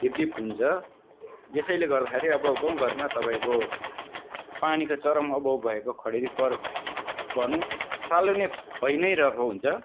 धिप धिप हुन्छ यसैले गर्दाखेरि अब गाउँ घरमा तपाईँको पानीको चरम अभाव भएको खडेरी भनौँ सालै नै भई नै रहेको हुन्छ